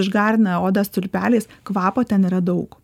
išgarina odą stulpeliais kvapo ten yra daug